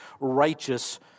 righteous